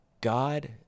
God